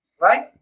right